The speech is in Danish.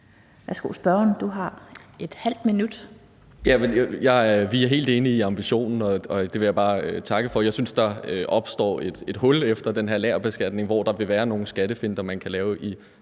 Sigurd Agersnap (SF): Jamen vi er helt enige om ambitionen, og det vil jeg bare takke for. Jeg synes, der opstår et hul efter den her lagerbeskatning, hvor der vil være nogle skattefinter, man kan lave i